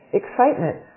excitement